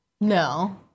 No